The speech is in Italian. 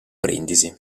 brindisi